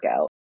out